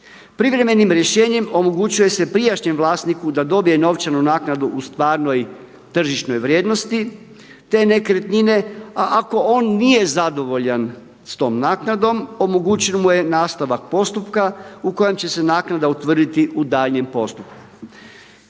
Privremenim rješenjem omogućuje se prijašnjem vlasniku da dobije novčanu naknadu u stvarnoj tržišnoj vrijednosti te nekretnine, a ako on nije zadovoljan s tom naknadom omogućen mu je nastavak postupka u kojem će se naknada utvrditi u daljnjem postupku.